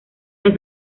las